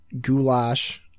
goulash